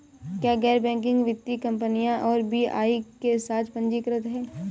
क्या गैर बैंकिंग वित्तीय कंपनियां आर.बी.आई के साथ पंजीकृत हैं?